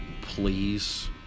please